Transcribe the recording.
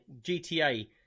GTA